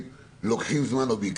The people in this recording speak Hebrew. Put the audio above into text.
זמן,